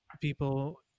people